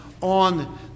on